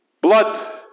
blood